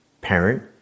parent